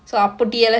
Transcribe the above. mm